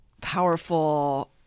powerful